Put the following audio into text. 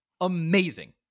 Amazing